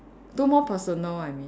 two more personal I mean